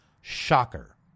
Shocker